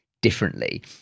differently